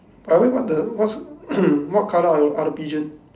by the way what the what's what colour are the are the pigeon